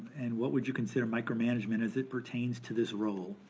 and what would you consider micromanagement as it pertains to this role?